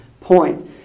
point